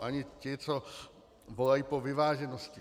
Ani ti, co volají po vyváženosti.